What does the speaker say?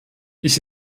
ich